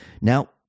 Now